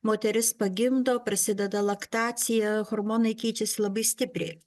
moteris pagimdo prasideda laktacija hormonai keičiasi labai stipriai